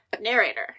Narrator